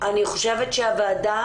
אני חושבת שהוועדה